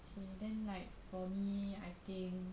then like